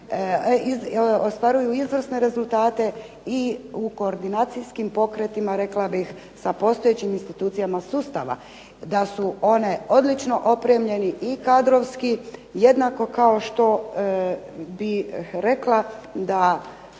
ostvaruju izvrsne rezultate i u koordinacijskim pokretima rekla bih sa postojećim institucijama sustava, da su one odlično opremljene i kadrovski. Jednako kao što bih rekla da